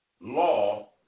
law